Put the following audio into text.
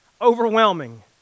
overwhelming